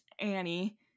Annie